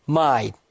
mind